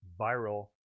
viral